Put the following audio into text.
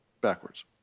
backwards